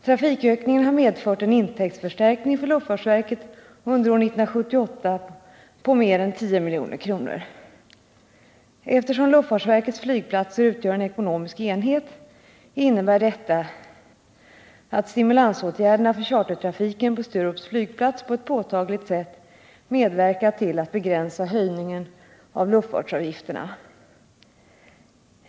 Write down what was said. Trafikökningen har medfört en intäktsförstärkning för luftfartsverket under år 1978 på mer än 10 milj.kr. Eftersom luftfartsverkets flygplatser utgör en ekonomisk enhet innebär detta att stimulansåtgärderna för chartertrafiken på Sturups flygplats på ett påtagligt sätt medverkat till att begränsa höjningen av luftfartsavgifterna.